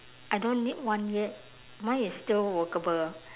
I don't need one yet mine is still workable